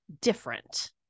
different